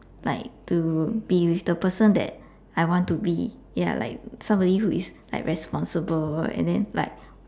like to be with the person that I want to be ya like somebody who is like responsible and then like